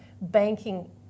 banking